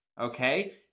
okay